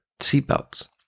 seatbelts